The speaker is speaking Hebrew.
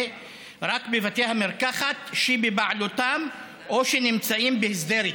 רק לבתי המרקחת שבבעלותן או שנמצאים בהסדר איתן.